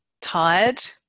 tired